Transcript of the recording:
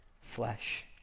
flesh